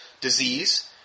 disease